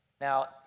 Now